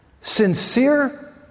Sincere